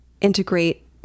integrate